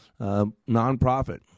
nonprofit